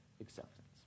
acceptance